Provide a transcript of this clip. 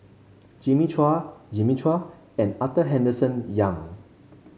Jimmy Chua Jimmy Chua and Arthur Henderson Young